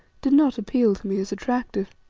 did not appeal to me as attractive.